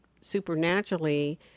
supernaturally